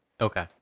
Okay